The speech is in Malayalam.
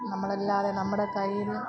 നമ്മളല്ലാതെ നമ്മുടെ കയ്യിന്ന്